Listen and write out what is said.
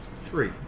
Three